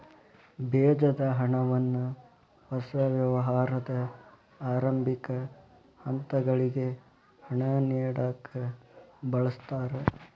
ಬೇಜದ ಹಣವನ್ನ ಹೊಸ ವ್ಯವಹಾರದ ಆರಂಭಿಕ ಹಂತಗಳಿಗೆ ಹಣ ನೇಡಕ ಬಳಸ್ತಾರ